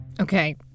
Okay